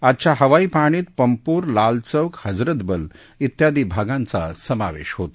आजच्या हवाई पाहणीत पंपोर लालचौक हजरतबल तियादी भागांचा समावेश होता